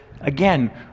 again